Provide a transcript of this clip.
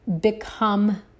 become